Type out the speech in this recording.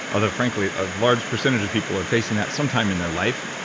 although frankly, a large percentage of people are facing that sometime in their life,